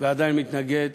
ועדיין מתנגד